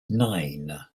nine